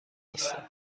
هستم